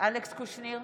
אלכס קושניר,